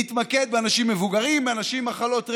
להתמקד באנשים מבוגרים ובאנשים עם מחלות רקע.